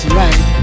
right